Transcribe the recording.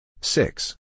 Six